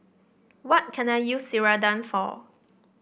what can I use Ceradan for